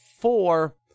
four